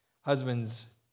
Husbands